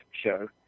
show